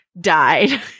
died